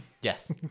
Yes